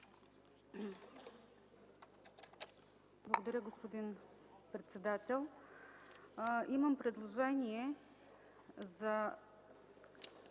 Благодаря, господин председател. Имам предложение за